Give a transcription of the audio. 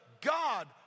God